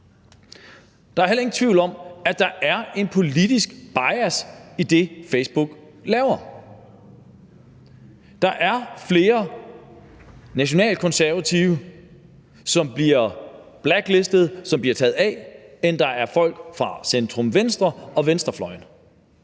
Der er heller ingen tvivl om, at der er en politisk bias i det, Facebook laver. Der er flere nationalkonservative, som bliver blacklistet, og som bliver taget af, end der er folk fra centrumvenstre og venstrefløjen.